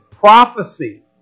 prophecy